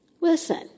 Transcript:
Listen